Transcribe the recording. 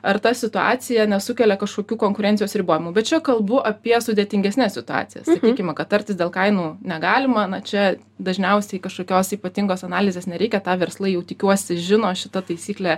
ar ta situacija nesukelia kažkokių konkurencijos ribojimų bet čia kalbu apie sudėtingesnes situacijas sakykime kad tartis dėl kainų negalima na čia dažniausiai kažkokios ypatingos analizės nereikia tą verslai jau tikiuosi žino šita taisyklė